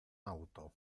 auto